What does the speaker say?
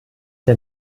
der